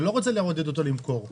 אתה לא רוצה לעודד אותו למכור.